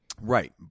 right